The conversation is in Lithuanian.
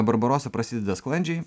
barbarosa prasideda sklandžiai